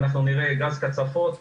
ואנחנו נראה גז קצפות או